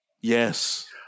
yes